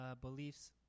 beliefs